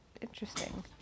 interesting